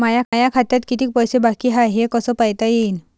माया खात्यात कितीक पैसे बाकी हाय हे कस पायता येईन?